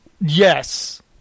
Yes